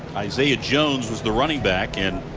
isaiah jones was the running back. and